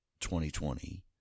2020